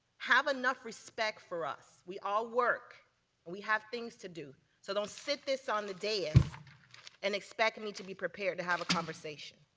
have enough respect for us. we all work, and we have things to do, so don't sit this on the dais and expect me to be prepared to have a conversation.